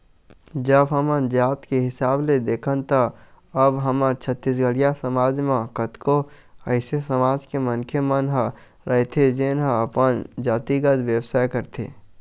अब हमन जात के हिसाब ले देखन त अब हमर छत्तीसगढ़िया समाज म कतको अइसे समाज के मनखे मन ह रहिथे जेन ह अपन जातिगत बेवसाय करथे